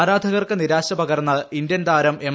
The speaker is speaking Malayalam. ആരാധകർക്ക് നിരാശ പകർന്ന് ഇന്ത്യൻ താരം എം